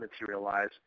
materialize